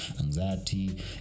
anxiety